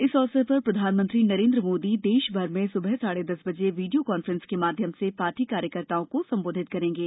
इस अवसर पर प्रधानमंत्री नरेन्द्र मोदी देशभर में साढे दस बजे वीडियो कॉफ्रेंस के माध्यम से पार्टी कार्यकर्ताओं को सम्बोधित करेंगे